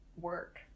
work